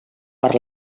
per